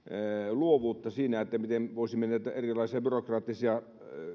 luovuutta siinä miten voisimme näitä erilaisia byrokraattisia